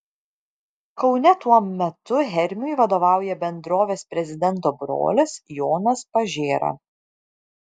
kaune tuo metu hermiui vadovauja bendrovės prezidento brolis jonas pažėra